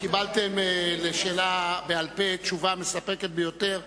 קיבלתם על השאילתא בעל-פה תשובה מספקת ביותר.